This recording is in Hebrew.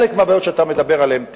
חלק מהבעיות שאתה מדבר עליהן תיפתרנה.